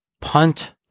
punt